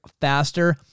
faster